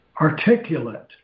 articulate